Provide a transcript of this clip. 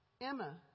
Emma